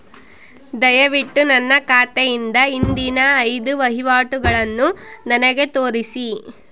ದಯವಿಟ್ಟು ನನ್ನ ಖಾತೆಯಿಂದ ಹಿಂದಿನ ಐದು ವಹಿವಾಟುಗಳನ್ನು ನನಗೆ ತೋರಿಸಿ